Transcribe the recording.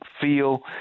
feel